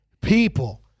people